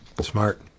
smart